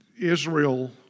Israel